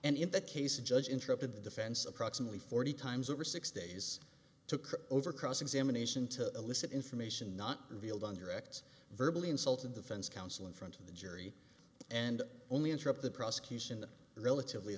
and in that case a judge interrupted the defense approximately forty times over six days took over cross examination to elicit information not revealed on direct verbal insult of the fence counsel in front of the jury and only interrupt the prosecution the relatively